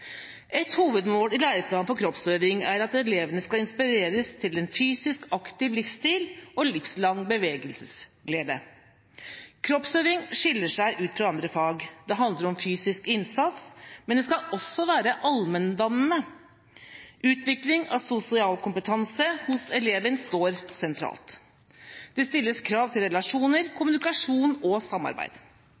Et hovedmål i læreplanen for kroppsøving er at elevene skal inspireres til en fysisk aktiv livsstil og livslang bevegelsesglede. Kroppsøving skiller seg ut fra andre fag. Det handler om fysisk innsats, men det skal også være allmenndannende. Utvikling av sosial kompetanse hos eleven står sentralt. Det stilles krav til relasjoner, kommunikasjon og samarbeid.